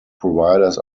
providers